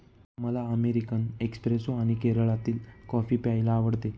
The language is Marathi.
मला अमेरिकन एस्प्रेसो आणि केरळातील कॉफी प्यायला आवडते